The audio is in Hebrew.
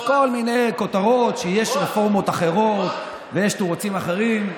אז יש כל מיני כותרות שיש רפורמות אחרות ויש תירוצים אחרים.